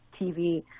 TV